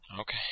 Okay